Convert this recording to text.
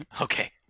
Okay